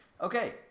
Okay